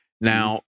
Now